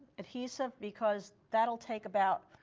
adhesive because that will take about